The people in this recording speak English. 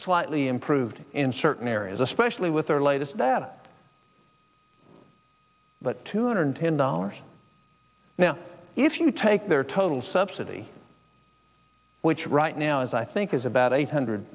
slightly improved in certain areas especially with their latest data but two hundred ten dollars now if you take their total subsidy which right now is i think is about eight hundred